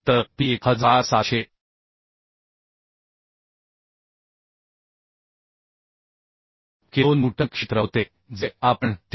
तर P 1700 kilonewton क्षेत्र होते जे आपण 379